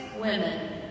women